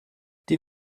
die